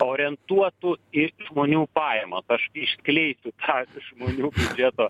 orientuotu į žmonių pajamas aš išskleisiu tą žmonių biudžeto